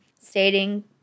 stating